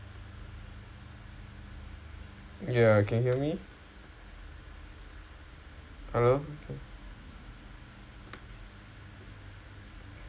ya can hear me hello